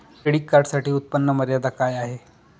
Credit कार्डसाठी उत्त्पन्न मर्यादा काय आहे?